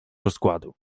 rozkładu